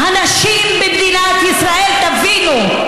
הנשים במדינת ישראל, תבינו: